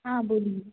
हाँ बोलिए